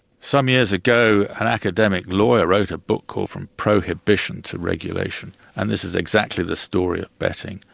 some years ago, an academic lawyer wrote a book called from prohibition to regulation and this is exactly the story of betting.